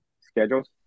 schedules